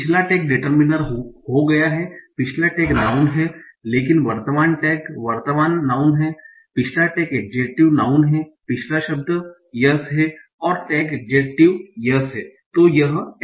पिछला tag determiner हो गया है पिछला टैग नाऊँन है लेकिन वर्तमान टैग वर्ब नाऊँन है पिछला टैग एड्जेक्टिव नाऊँन है पिछला शब्द yes है और टैग एड्जेक्टिव yes है